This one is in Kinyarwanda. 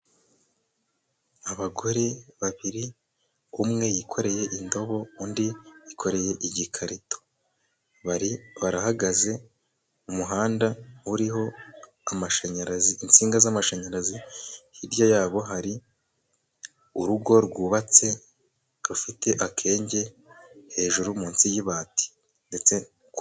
Abagore babiri ,umwe yikoreye indobo, undi yikoreye igikarito. Barahagaze ,k'umuhanda uriho amashanyarazi. Insinga z'amashanyarazi ziri hirya yabo ,hari urugo rwubatse, rufite akenge hejuru ,munsi y'ibati .